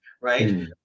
right